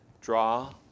draw